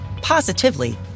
positively